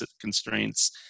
constraints